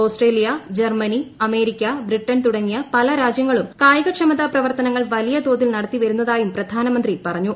Australia Germany America Britain തുടങ്ങിയ പല രാജൃങ്ങളും കായികക്ഷമതാ പ്രവർത്തനങ്ങൾ വലിയ തോതിൽ നടത്തിവരുന്നതായും പ്രധാനമന്ത്രി പറഞ്ഞു